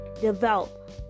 develop